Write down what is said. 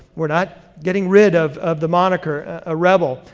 we're not getting rid of of the monacher ah rebel,